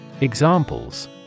Examples